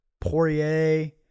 Poirier